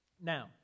Now